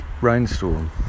rainstorm